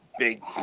Big